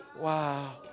Wow